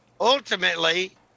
ultimately